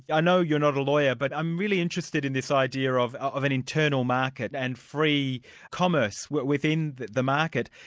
i know you're not a lawyer, but i'm really interested in this idea of of an internal market and free commerce within the the market.